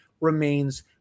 remains